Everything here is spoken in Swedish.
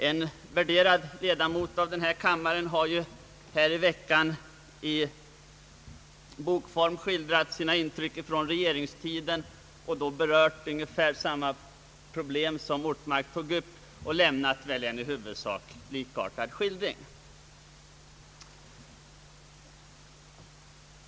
En värderad ledamot av denna kammare har ju i veckan i bokform skildrat sina intryck från regeringstiden: och då berört ungefär samma problem som Ortmark tog upp och i huvudsak lämnat en likartad skildring.